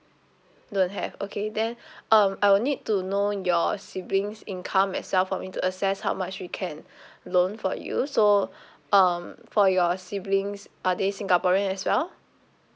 don't have okay then um I will need to know your sibling's income itself for me to assess how much we can loan for you so um for your siblings are they singaporean as well